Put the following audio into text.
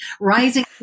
rising